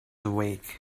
awake